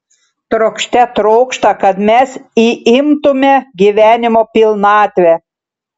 trokšte trokšta kad mes įimtume gyvenimo pilnatvę